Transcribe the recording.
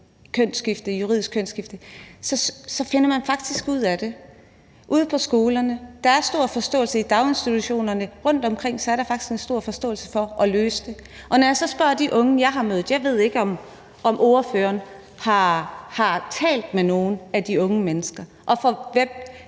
foretaget juridisk kønsskifte, finder de faktisk ud af det. Ude på skolerne og i daginstitutionerne rundtomkring er der faktisk stor forståelse for at løse det. Og når jeg så spørger de unge, jeg har mødt – jeg ved ikke, om ordføreren har talt med nogle af de unge mennesker, for hvem